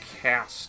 cast